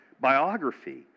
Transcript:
biography